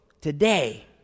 Today